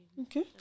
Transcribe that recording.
Okay